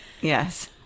Yes